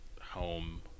home